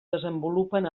desenvolupen